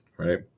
Right